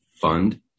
fund